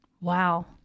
Wow